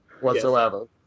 whatsoever